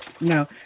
No